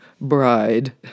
Bride